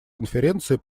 конференции